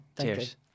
Cheers